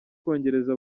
kongerera